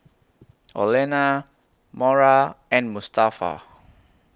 Olena Mora and Mustafa